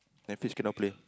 Netflix cannot play